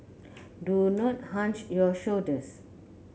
do not hunch your shoulders